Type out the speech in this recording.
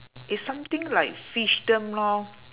it's something like fishdom lor